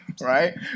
right